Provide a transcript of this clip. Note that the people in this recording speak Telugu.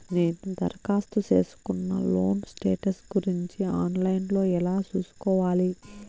నేను దరఖాస్తు సేసుకున్న లోను స్టేటస్ గురించి ఆన్ లైను లో ఎలా సూసుకోవాలి?